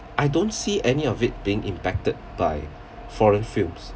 I don't see any of it being impacted by foreign films